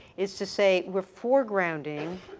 is to say we're foregrounding,